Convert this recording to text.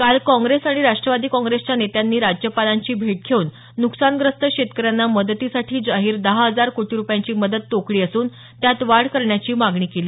काल काँग्रेस आणि राष्ट्रवादी काँग्रेसच्या नेत्यांनी राज्यपालांची भेट घेऊन न्कसानग्रस्त शेतकऱ्यांना मदतीसाठी जाहीर दहा हजार कोटी रुपयांची मदत तोकडी असून त्यात वाढ करण्याची मागणी केली